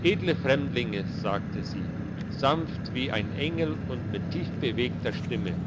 edle fremdlinge sagte sie sanft wie ein engel und mit tiefbewegter stimme